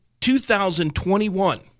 2021